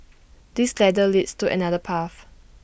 this ladder leads to another path